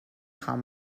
خوان